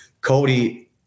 Cody